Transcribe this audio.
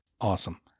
Awesome